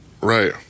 Right